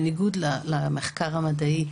בניגוד למחקר המדעי,